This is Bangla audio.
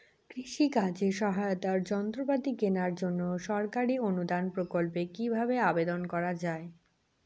কৃষি কাজে সহায়তার যন্ত্রপাতি কেনার জন্য সরকারি অনুদান প্রকল্পে কীভাবে আবেদন করা য়ায়?